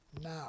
now